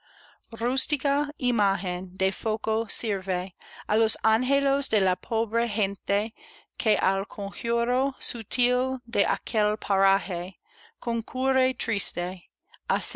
eústica imagen de foco sirve á los anhelos de la pobre gente que